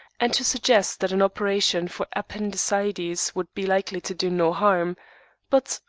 and to suggest that an operation for appendicitis would be likely to do no harm but,